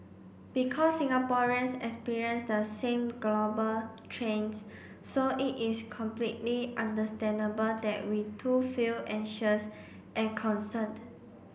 because Singaporeans experience the same global trends so it is completely understandable that we too feel anxious and concerned